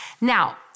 Now